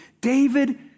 David